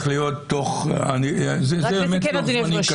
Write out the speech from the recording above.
לתקן, אדוני היושב-ראש.